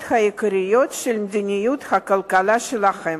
העיקריות של המדיניות הכלכלית שלהן.